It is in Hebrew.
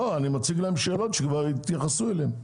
אני מציג להם שאלות שיתייחסו אליהן.